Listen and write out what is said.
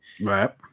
Right